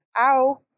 Ow